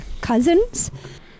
Cousins